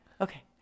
Okay